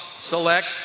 select